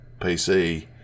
PC